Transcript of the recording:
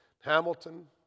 Hamilton